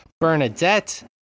Bernadette